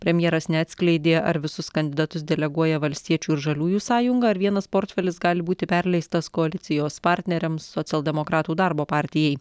premjeras neatskleidė ar visus kandidatus deleguoja valstiečių ir žaliųjų sąjunga ar vienas portfelis gali būti perleistas koalicijos partneriams socialdemokratų darbo partijai